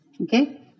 Okay